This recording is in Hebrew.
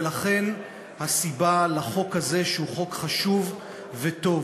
ולכן החוק הזה הוא חשוב וטוב.